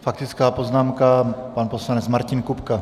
Faktická poznámka, pan poslanec Martin Kupka.